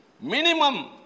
Minimum